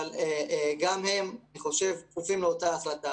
אבל גם הם, אני חושב, כפופים לאותה החלטה.